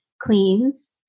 cleans